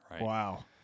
Wow